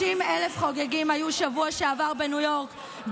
50,000 חוגגים היו בשבוע שעבר בניו יורק,